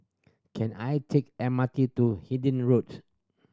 can I take M R T to Road